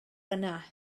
yna